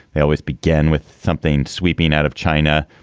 they always begin with something sweeping out of china,